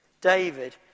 David